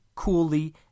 coolly